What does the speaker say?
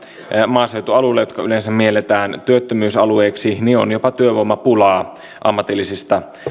maaseutualueilla jotka yleensä mielletään työttömyysalueiksi on jopa työvoimapulaa ammatillisista